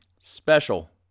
special